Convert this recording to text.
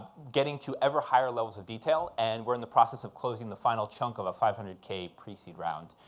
getting to ever higher levels of detail. and we're in the process of closing the final chunk of a five hundred k pre-seed round.